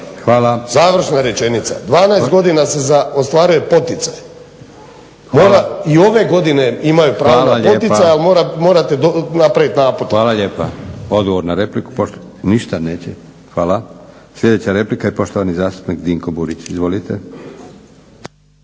Završna rečenica. 12 godina se ostvaruje poticaj i ove godine imaju pravo na poticaj, ali morate napravit naputke. **Leko, Josip (SDP)** Hvala lijepa. Odgovor na repliku, ništa neće? Hvala. Sljedeća replika i poštovani zastupnik Dinko Burić. Izvolite.